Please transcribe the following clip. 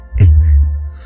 Amen